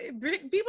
people